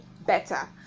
better